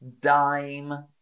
Dime